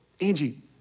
Angie